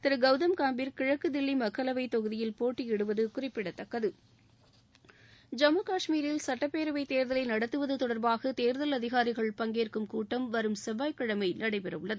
திரு கவுதம் காம்பீர் கிழக்கு தில்லி மக்களவைத் தொகுதியில் போட்டியிடுவது குறிப்பிடத்தக்கது ஜம்மு கஷ்மீரில் சட்டப்பேரவைத் தேர்தலை நடத்துவது தொடர்பாக தேர்தல் அதிகாரிகள் பங்கேற்கும் கூட்டம் வரும் செவ்வாய்கிழமை நடைபெறவுள்ளது